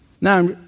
Now